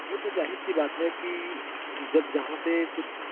वो तो ज़ाहिर सी बात है कि जब जहाँ पे कुछ